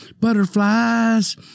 butterflies